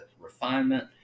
refinement